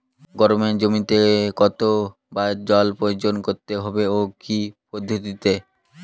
গমের জমিতে কতো বার জল প্রয়োগ করতে হবে ও কি পদ্ধতিতে?